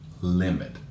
limit